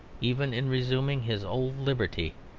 even in resuming his old liberty,